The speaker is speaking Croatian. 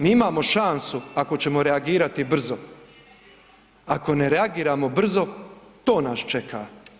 Mi imamo šansu ako ćemo reagirati brzo, ako ne reagiramo brzo to nas čeka.